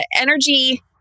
energy